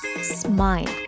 smile